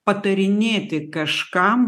patarinėti kažkam